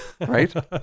right